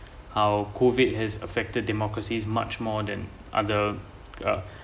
how COVID has affected democracy much more than other uh